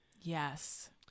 Yes